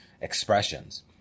expressions